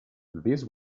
this